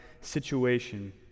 situation